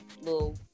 little